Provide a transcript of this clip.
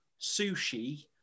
sushi